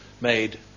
made